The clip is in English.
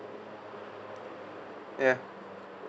ya